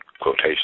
quotation